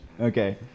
Okay